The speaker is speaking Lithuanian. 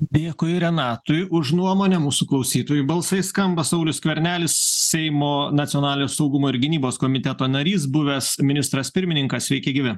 dėkui renatui už nuomonę mūsų klausytojų balsai skamba saulius skvernelis seimo nacionalinio saugumo ir gynybos komiteto narys buvęs ministras pirmininkas sveiki gyvi